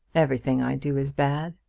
everything i do is bad.